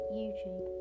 YouTube